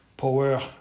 Power